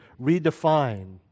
redefine